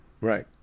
Right